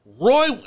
Roy